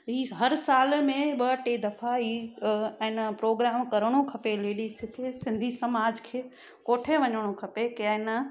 please हर साल में ॿ टे दफ़ा इहा ऐं न प्रोग्राम करिणो खपे लेडीस खे सिंधी समाज खे कोठे वञिणो खपे कंहिं न